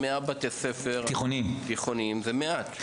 100 תיכונים זה מעט.